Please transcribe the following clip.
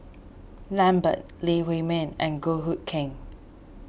Lambert Lee Huei Min and Goh Hood Keng